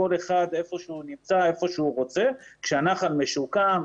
כל אחד היכן הוא נמצא והיכן שהוא רוצה כאשר הנחל משוקם,